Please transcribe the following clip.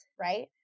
Right